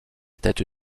tête